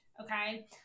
okay